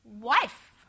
wife